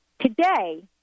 Today